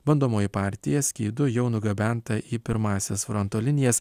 bandomoji partija skydų jau nugabenta į pirmąsias fronto linijas